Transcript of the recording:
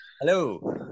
Hello